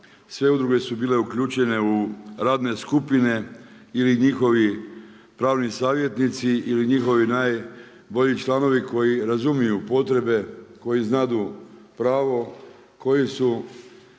sve udruge su bile uključene u radne skupine ili njihovi pravni savjetnici ili njihovi najbolji članovi koji razumiju potrebe, koji znaju pravo, koji su